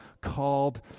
called